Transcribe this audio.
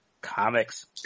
comics